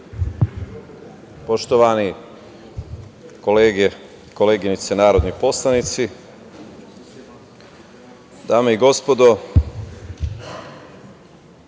poštovane kolege i koleginice narodni poslanici, dame i gospodo,